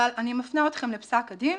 אבל אני מפנה אתכם לפסק הדין